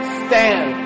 stand